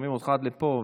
שומעים אותך עד לפה,